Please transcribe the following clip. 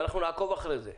ואנחנו נעקוב אחרי זה,